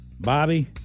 Bobby